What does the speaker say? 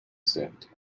said